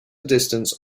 distance